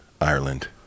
Ireland